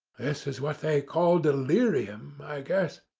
this is what they call delirium, i guess,